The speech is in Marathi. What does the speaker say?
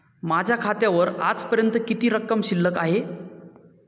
माझ्या खात्यावर आजपर्यंत किती रक्कम शिल्लक आहे?